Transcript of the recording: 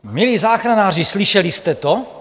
Milí záchranáři, slyšeli jste to?